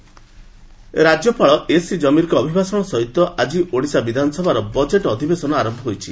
ଓଡ଼ିଶା ଆସେମ୍ ରାଜ୍ୟପାଳ ଏସ୍ସି ଜମୀରଙ୍କ ଅଭିଭାଷଣ ସହିତ ଆଜି ଓଡ଼ିଶା ବିଧାନସଭାର ବଜେଟ୍ ଅଧିବେଶନ ଆରମ୍ଭ ହୋଇଛି